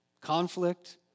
conflict